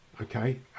okay